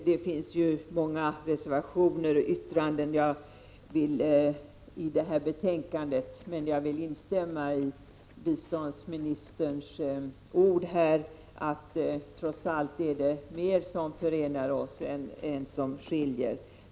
Det finns många reservationer och yttranden fogade till det här betänkandet, men jag vill till sist instämma i biståndsministerns ord att det trots allt är mer som förenar oss än som skiljer.